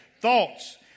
thoughts